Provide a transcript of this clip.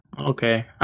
okay